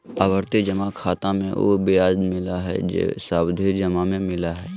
आवर्ती जमा खाता मे उहे ब्याज मिलय हइ जे सावधि जमा में मिलय हइ